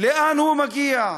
לאן הוא מגיע,